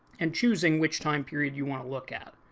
and choosing which time period you want to look at.